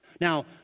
Now